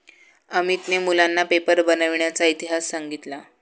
अमितने मुलांना पेपर बनविण्याचा इतिहास सांगितला